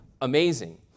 amazing